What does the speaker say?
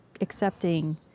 accepting